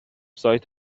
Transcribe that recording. سایت